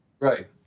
Right